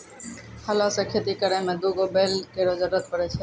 हलो सें खेती करै में दू गो बैल केरो जरूरत पड़ै छै